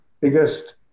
biggest